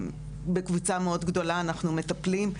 בקבוצה מאוד גדולה אנחנו מטפלים.